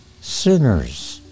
sinners